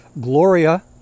Gloria